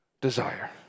Desire